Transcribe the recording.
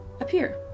appear